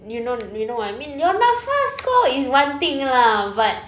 you know you know what I mean your NAPFA is one thing lah but